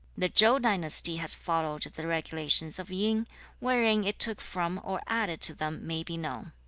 the chau dynasty has followed the regulations of yin wherein it took from or added to them may be known.